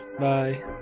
Bye